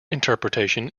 interpretation